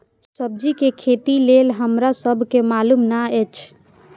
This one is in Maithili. सब्जी के खेती लेल हमरा सब के मालुम न एछ?